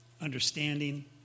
understanding